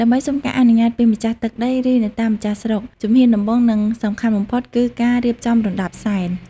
ដើម្បីសុំការអនុញ្ញាតពីម្ចាស់ទឹកដី ឬអ្នកតាម្ចាស់ស្រុក ជំហានដំបូង និងសំខាន់បំផុតគឺការរៀបចំរណ្តាប់សែន។